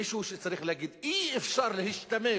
מישהו צריך להגיד: אי-אפשר להשתמש